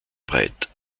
breit